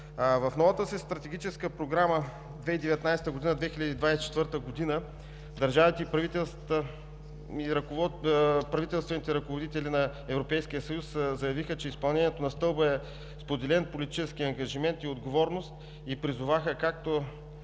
В новата си Стратегическа програма 2019 – 2024 г. държавите и правителствените ръководители на Европейския съюз заявиха, че изпълнението на Стълба е споделен политически ангажимент и отговорност и призоваха както